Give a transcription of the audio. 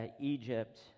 Egypt